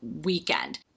weekend